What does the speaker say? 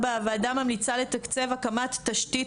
4. הוועדה ממליצה לתקצב הקמת תשתית